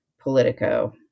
Politico